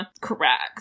correct